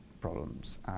problems